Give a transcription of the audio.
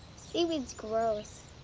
seaweed's gross.